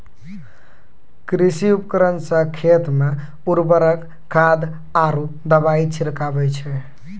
कृषि उपकरण सें खेत मे उर्वरक खाद आरु दवाई छिड़कावै छै